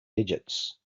digits